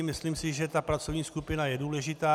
Myslím si, že ta pracovní skupina je důležitá.